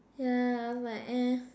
yeah I'm like eh